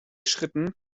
schritten